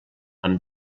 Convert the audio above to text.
amb